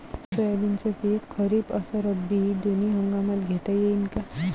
सोयाबीनचं पिक खरीप अस रब्बी दोनी हंगामात घेता येईन का?